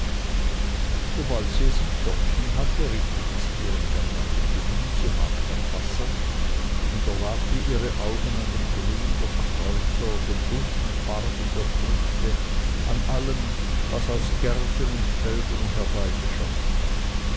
sobald sie es im körbchen hatte richtete sie ihren gang nach dem gemüsemarkt am wasser und erlabte ihre augen an dem grün der kräuter den bunten farben der früchte an allem was aus gärten und feldern herbeigeschafft war